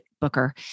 booker